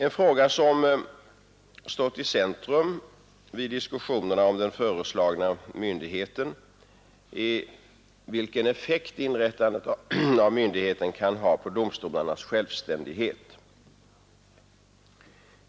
En fråga som har stått i centrum vid diskussionerna om den föreslagna myndigheten är vilken effekt inrättandet av myndigheten kan ha på domstolarnas självständighet.